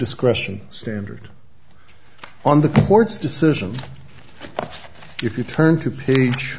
discretion standard on the court's decision if you turn to page